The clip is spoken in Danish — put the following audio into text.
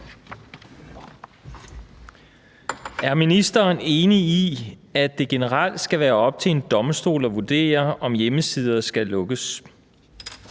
Er ministeren enig i, at det generelt skal være op til en domstol at vurdere, om hjemmesider skal lukkes?